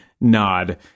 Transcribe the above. nod